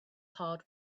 hard